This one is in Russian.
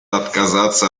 отказаться